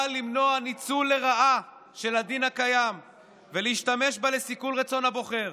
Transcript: באה למנוע ניצול לרעה של הדין הקיים ושימוש בו לסיכול רצון הבוחר.